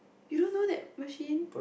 you don't know that machine